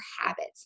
habits